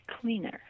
cleaner